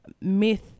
myth